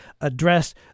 address